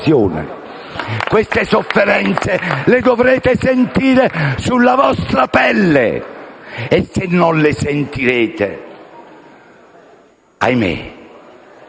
Queste sofferenze le dovrete sentire sulla vostra pelle e se non le sentirete - ahimè